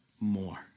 more